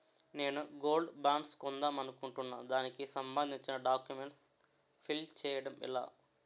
నేను gold bonds కొందాం అనుకుంటున్నా దానికి సంబందించిన డాక్యుమెంట్స్ ఫిల్ చేయడం ఎలా?